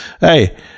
hey